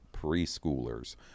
preschoolers